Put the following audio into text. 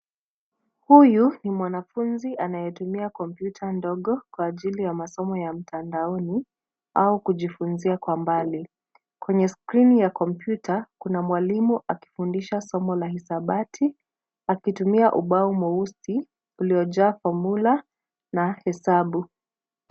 Huyu, ni mwanafunzi anayetumia kompyuta ndogo, kwa ajili ya masomo ya mtandaoni, au kujifunzia kwa mbali, kwenye skrini ya kompyuta, kuna mwalimu, akifundisha somo la hisabati, akitumia ubao mweusi, uliojaa formula, na hesabu.